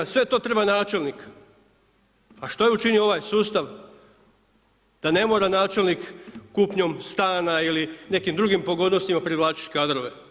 Sve to treba načelnika, a što je učinio ovaj sustav, da ne mora načelnik kupnjom stana ili nekim drugim pogodnostima privlačiti kadrove.